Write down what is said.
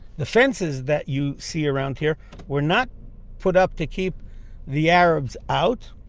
the fences that you see around here were not put up to keep the arabs out,